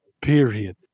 period